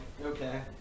Okay